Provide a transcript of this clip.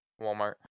Walmart